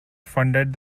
funded